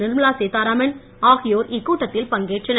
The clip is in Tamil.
நிர்மலா சீத்தாராம் ஆகியோர் இக்கூட்டத்தில் பங்கேற்றனர்